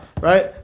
right